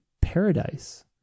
paradise